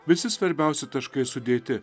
visi svarbiausi taškai sudėti